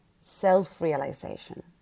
self-realization